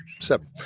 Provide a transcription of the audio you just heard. seven